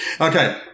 Okay